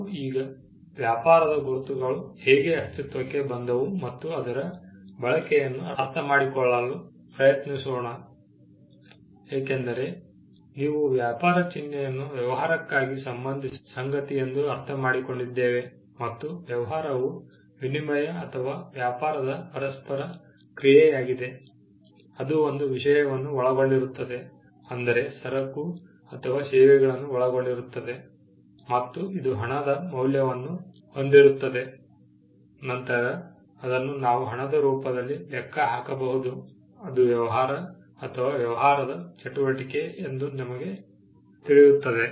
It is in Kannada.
ನಾವು ಈಗ ವ್ಯಾಪಾರದ ಗುರುತುಗಳು ಹೇಗೆ ಅಸ್ತಿತ್ವಕ್ಕೆ ಬಂದವು ಮತ್ತು ಅದರ ಬಳಕೆಯನ್ನು ಅರ್ಥಮಾಡಿಕೊಳ್ಳಲು ಪ್ರಯತ್ನಿಸೋಣ ಏಕೆಂದರೆ ನೀವು ವ್ಯಾಪಾರ ಚಿಹ್ನೆಯನ್ನು ವ್ಯವಹಾರಕ್ಕೆ ಸಂಬಂಧಿಸಿರುವ ಸಂಗತಿಯೆಂದು ಅರ್ಥಮಾಡಿಕೊಂಡಿದ್ದೇವೆ ಮತ್ತು ವ್ಯವಹಾರವು ವಿನಿಮಯ ಅಥವಾ ವ್ಯಾಪಾರದ ಪರಸ್ಪರ ಕ್ರಿಯೆಯಾಗಿದೆ ಅದು ಒಂದು ವಿಷಯವನ್ನು ಒಳಗೊಂಡಿರುತ್ತದೆ ಅಂದರೆ ಸರಕು ಅಥವಾ ಸೇವೆಗಳನ್ನು ಒಳಗೊಂಡಿರುತ್ತದೆ ಮತ್ತು ಇದು ಹಣದ ಮೌಲ್ಯವನ್ನು ಹೊಂದಿರುತ್ತದೆ ನಂತರ ಅದನ್ನು ನಾವು ಹಣದ ರೂಪದಲ್ಲಿ ಲೆಕ್ಕಹಾಕಬಹುದು ಅದು ವ್ಯವಹಾರ ಅಥವಾ ವ್ಯವಹಾರದ ಚಟುವಟಿಕೆ ಎಂದು ನಮಗೆ ತಿಳಿಯುತ್ತದೆ